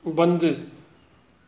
बंदि